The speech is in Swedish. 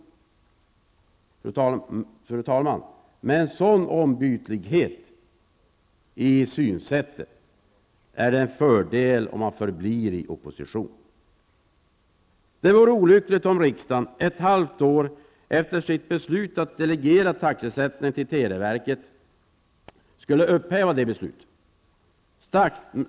Fru talman! Med en sådan ombytlighet är det en fördel om man förblir i opposition. Det vore olyckligt om riksdagen ett halvt år efter sitt beslut att delegera taxesättningen till televerket skulle upphäva detta beslut.